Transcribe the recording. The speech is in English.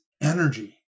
energy